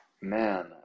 man